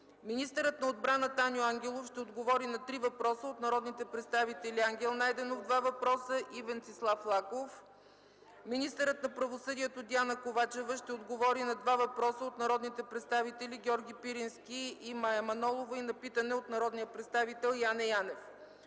Министърът на отбраната Аню Ангелов ще отговори на 3 въпроса от народните представители Ангел Найденов – 2 въпроса, и Венцислав Лаков. Министърът на правосъдието Диана Ковачева ще отговори на 2 въпроса от народните представители Георги Пирински и Мая Манолова и на питане от народния представител Яне Янев.